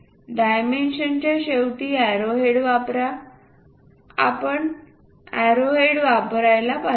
डायमेन्शनांच्या शेवटी एरोहेड वापरा आपण एरोहेड्स वापरायला पाहिजे